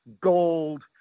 gold